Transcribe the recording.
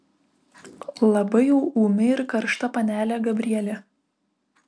labai jau ūmi ir karšta panelė gabrielė